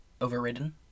overridden